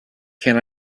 can